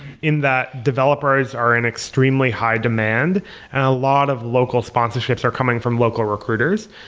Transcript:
in that developers are an extremely high demand and a lot of local sponsorships are coming from local recruiters.